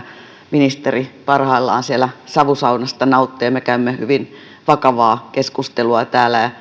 ministeri parhaillaan siellä savusaunasta nauttii ja me käymme hyvin vakavaa keskustelua täällä